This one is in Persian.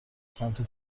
سمت